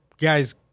guys